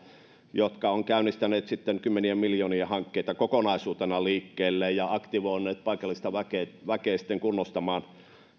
ne ovat käynnistäneet kymmenien miljoonien hankkeita kokonaisuutena liikkeelle ja aktivoineet paikallista väkeä väkeä sitten kunnostamaan